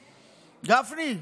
גפני,